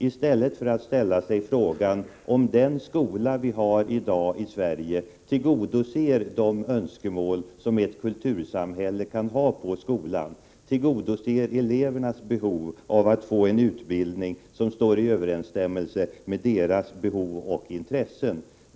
I stället borde Bengt Göransson ställa sig frågan om den skola vi i dag har i Sverige tillgodoser de önskemål som ett kultursamhälle kan ha på skolan, om den tillgodoser elevernas rätt av att få en utbildning som står i överensstämmelse med deras behov och intressen.